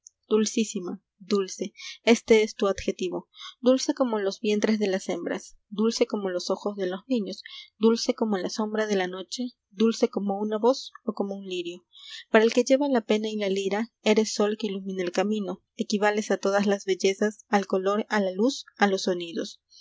dulcísima dulce este es tu adjetivo dulce como los vientres de las hembras dulce como los ojos de los niños dulce como la sombra de la noche dulce como una voz o como un lirio para el que lleva la pena y la lira eres sol que ilumina el camino equivales a todas las bellezas al color a la luz a los sonidos